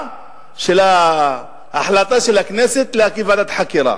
של ההחלטה של הכנסת להקים ועדת חקירה.